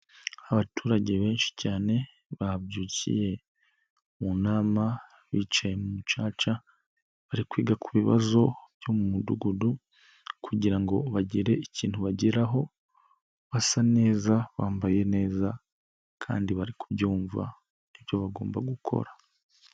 Abaturage benshi cyane babyukiye mu nama bicaye mu mucaca, bari kwiga ku bibazo byo mu Mudugudu kugira ngo bagire ikintu bageraho, basa neza bambaye neza kandi bari kubyumva ibyo bagomba gukora.